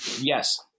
Yes